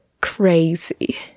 Crazy